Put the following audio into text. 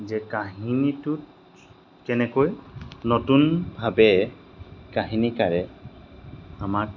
যে কাহিনীটোত কেনেকৈ নতুনভাৱে কাহিনীকাৰে আমাক